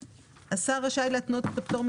בעיה, תשאירו את הסמכות לוועדה לתת את הפטורים.